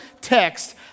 text